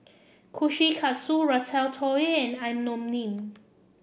Kushikatsu Ratatouille and Imoni